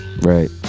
Right